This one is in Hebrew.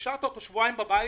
השארת אדם שבועיים בבית,